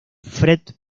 fred